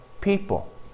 people